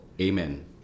amen